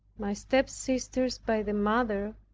my stepsisters by the mother,